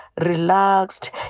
relaxed